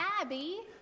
Abby